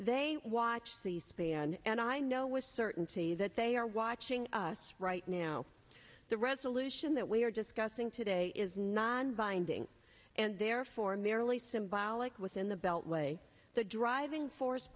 they watch c span and i know with certainty that they are watching us right now the resolution that we are discussing today is not binding and therefore merely symbolic within the beltway the driving force